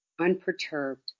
unperturbed